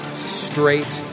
straight